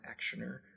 actioner